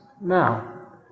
Now